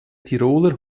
tiroler